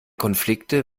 konflikte